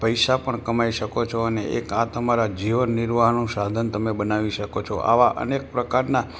પૈસા પણ કમાવી શકો છો અને એક આ તમારા જીવન નિર્વાહનું સાધન તમે બનાવી શકો છો તો આવા અનેક પ્રકારના